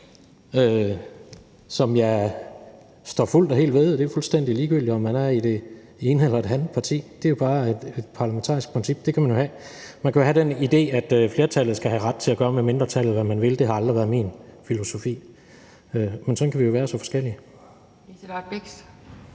som jeg står fuldt og helt ved. Og det er fuldstændig ligegyldigt, om man er i det ene eller det andet parti – det er jo bare et parlamentarisk princip. Og man kan jo have den idé, at flertallet skal have ret til at gøre med mindretallet, hvad man vil, men det har aldrig været min filosofi. Men sådan kan vi jo være så forskellige. Kl. 17:50 Anden